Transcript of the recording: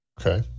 Okay